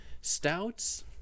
Stouts